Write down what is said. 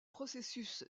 processus